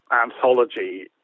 anthology